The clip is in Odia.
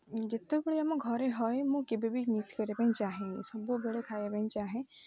ଯେତେବେଳେ ଆମ ଘରେ ହୁଏ ମୁଁ କେବେ ବି ମିସ୍ କରିବା ପାଇଁ ଚାହେଁନି ସବୁବେଳେ ଖାଇବା ପାଇଁ ଚାହେଁ